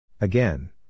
Again